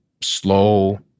slow